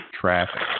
traffic